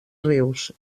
rius